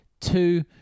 two